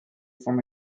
form